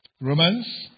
Romans